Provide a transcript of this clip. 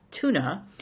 tuna